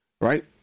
right